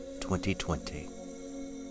2020